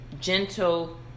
gentle